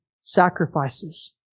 sacrifices